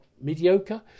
mediocre